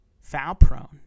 Foul-prone